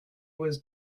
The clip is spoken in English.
was